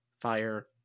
fire